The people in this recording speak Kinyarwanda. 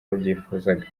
babyifuzaga